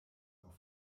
auf